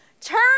turn